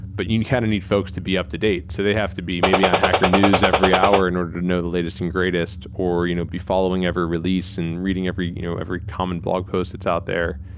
but you kind of need folks to be up-to-date. so they have to be maybe on hacker news every hour in order to know the latest and greatest or you know be following every release and reading every you know every common blog posts that's out there.